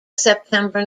september